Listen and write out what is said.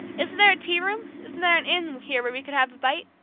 isn't there a tea-room isn't there an inn here where we could have a bite?